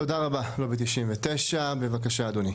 תודה רבה לובי 99. בבקשה אדוני.